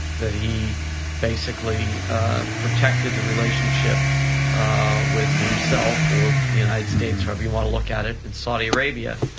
that he basically ah protected the relationship with himself or the united states, however you wanna look at it and saudi arabia,